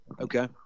okay